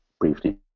briefly